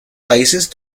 países